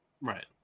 Right